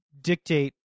dictate